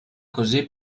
così